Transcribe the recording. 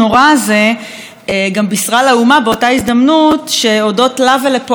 הזה גם בישרה לאומה באותה הזדמנות שהודות לה ולפועלה,